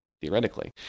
Theoretically